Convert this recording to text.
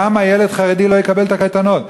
למה ילד חרדי לא יקבל את הקייטנות?